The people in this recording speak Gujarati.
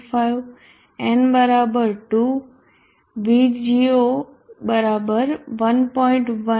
5 n 2 VGO 1